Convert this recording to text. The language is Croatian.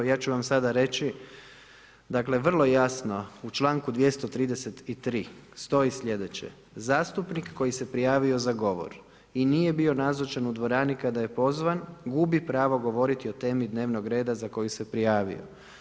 I ja ću vam sada reći dakle vrlo jasno u članku 233. stoji sljedeće, zastupnik koji se prijavio za govor i nije bio nazočan u dvorani kada je pozvan gubi pravo govoriti o temi dnevnog reda za koju se prijavio.